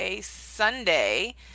sunday